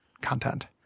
content